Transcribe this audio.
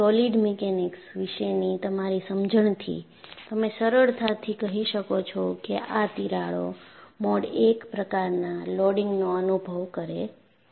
solid mechanics વિશેની તમારી સમજણથી તમે સરળતાથી કહી શકો છો કે આ તિરાડો મોડ 1 પ્રકારના લોડિંગનો અનુભવ કરે છે